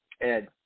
Ed